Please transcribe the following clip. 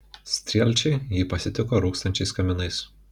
strielčiai jį pasitiko rūkstančiais kaminais